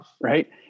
right